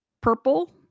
purple